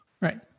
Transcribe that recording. Right